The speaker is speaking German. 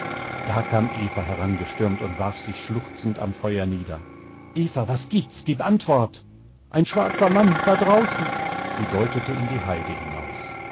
da kam eva herangestürmt und warf sich schluchzend am feuer nieder eva was gibt's gib antwort ein schwarzer mann da draußen sie deutete in die heide hinaus